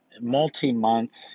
multi-month